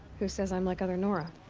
who says i'm like other nora?